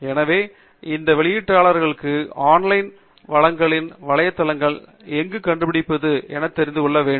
எனவே இந்த வெளியீட்டாளர்களுக்கான ஆன்லைன் வளங்களின் வலைத்தளங்களை எங்கு கண்டுபிடிப்பது என்று தெரிந்து கொள்ள வேண்டும்